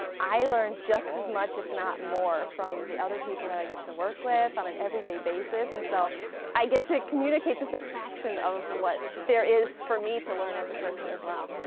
i learn just as much if not more from the other people that i get to work with on an everyday basis. and so i get to communicate just a fraction of what there is for me to learn as a person as well.